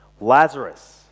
Lazarus